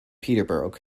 peterborough